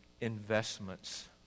investments